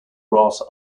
brass